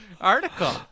article